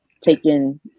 taking